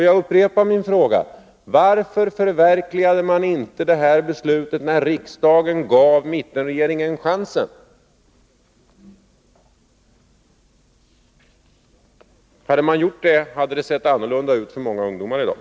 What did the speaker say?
Jag upprepar min fråga: Varför förverkligade ni inte det beslutet, när riksdagen gav mittenregeringen chansen? Hade man gjort det hade det sett annorlunda ut för många ungdomar i dag.